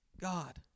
God